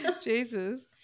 Jesus